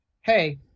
hey